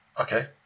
okay